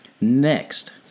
next